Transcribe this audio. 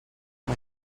mae